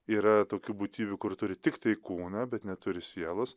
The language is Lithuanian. yra tokių būtybių kur turi tiktai kūną bet neturi sielos